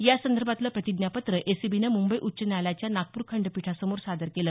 या संदर्भातलं प्रतिज्ञापत्र एसीबीने मुंबई उच्च न्यायालयाच्या नागपूर खंडपीठासमोर सादर केलं